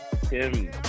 Tim